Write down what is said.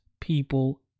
people